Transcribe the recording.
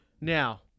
Now